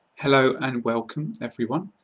hello and welcome, everyone.